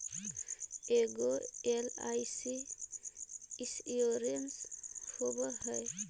ऐगो LIC insurance होव है?